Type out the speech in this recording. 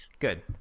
Good